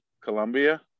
colombia